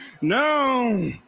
No